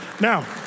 now